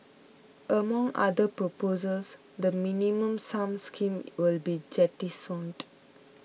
among other proposals the Minimum Sum scheme will be jettisoned